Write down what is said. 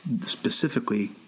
specifically